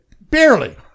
Barely